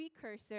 precursor